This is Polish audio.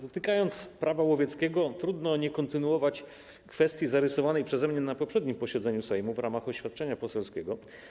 Dotykając Prawa łowieckiego, trudno nie kontynuować kwestii zarysowanej przeze mnie na poprzednim posiedzeniu Sejmu w ramach oświadczenia poselskiego.